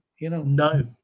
No